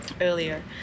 earlier